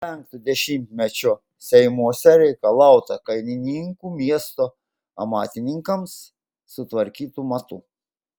penkto dešimtmečio seimuose reikalauta kainininkų miesto amatininkams sutvarkytų matų